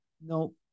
No